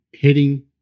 heading